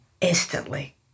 instantly